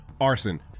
arson